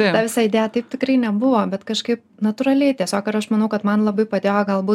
ta visa idėja taip tikrai nebuvo bet kažkaip natūraliai tiesiog ir aš manau kad man labai padėjo galbūt